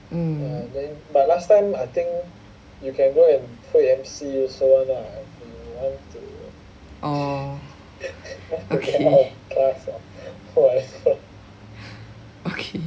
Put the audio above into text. mm orh okay okay